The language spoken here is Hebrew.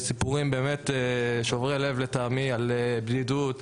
סיפורים באמת שוברי לב, לטעמי, על בדידות,